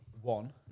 one